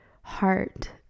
heart